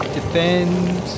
Defend